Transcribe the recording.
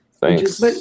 Thanks